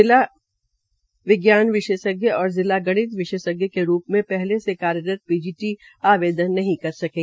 जिला विज्ञान विशेषज्ञ और जिला गणित विशेषज्ञ के रूप में पहले से कार्यरत पीजीटी आवेदन नहीं सकते